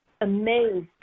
amazed